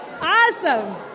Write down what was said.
Awesome